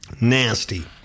Nasty